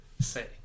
Say